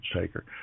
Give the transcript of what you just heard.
taker